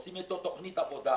עושים איתו תוכנית עבודה,